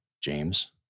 James